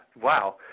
wow